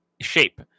shape